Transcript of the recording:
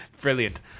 Brilliant